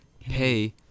pay